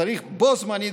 צריך בו-זמנית,